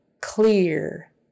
clear